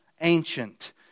ancient